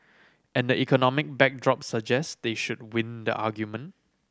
and the economic backdrop suggest they should win the argument